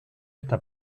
está